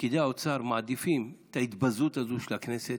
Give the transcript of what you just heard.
פקידי האוצר מעדיפים את ההתבזות הזאת של הכנסת,